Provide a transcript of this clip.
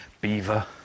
beaver